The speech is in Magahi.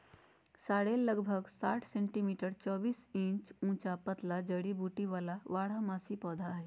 सॉरेल लगभग साठ सेंटीमीटर चौबीस इंच ऊंचा पतला जड़ी बूटी वाला बारहमासी पौधा हइ